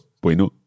bueno